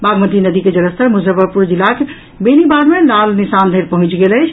बागमती नदी के जलस्तर मुजफ्फरपुर जिलाक बेनीवाद मे लाल निशान धरि पहुंचि गेल अछि